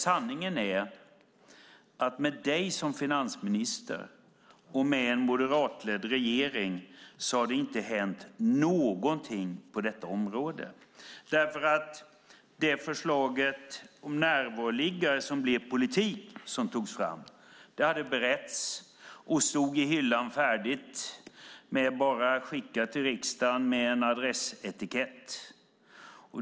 Sanningen är att med dig som finansminister och med en moderatledd regering har det inte hänt någonting på detta område. Det förslag om närvaroliggare som togs fram och blev politik hade beretts och stod färdigt i hyllan. Det var bara att skicka till riksdagen med en adressetikett.